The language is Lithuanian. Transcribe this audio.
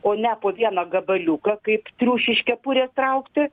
o ne po vieną gabaliuką kaip triušį iš kepurės traukti